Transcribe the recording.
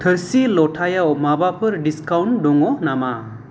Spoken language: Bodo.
थोरसि लथायाव माबाफोर डिसकाउन्ट दङ नामा